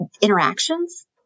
interactions